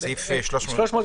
גם מתוך